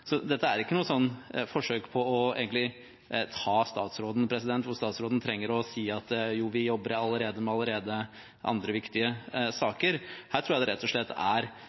Så dette er ikke noe forsøk på å ta statsråden, der statsråden trenger å si at jo, vi jobber allerede med andre viktige saker. Her tror jeg det rett og slett er